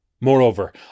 Moreover